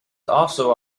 also